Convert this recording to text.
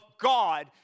God